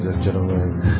gentlemen